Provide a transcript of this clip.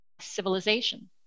civilization